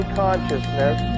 consciousness